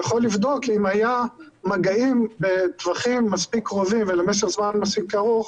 אם היו מגעים בטווחים מספיק קרובים ולמשך זמן מספיק ארוך